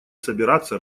собираться